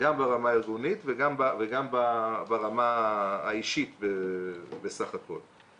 גם ברמה הארגונית וגם ברמה האישית בסך הכול.